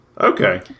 Okay